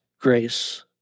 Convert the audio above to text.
grace